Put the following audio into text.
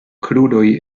kruroj